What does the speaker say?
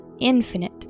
Infinite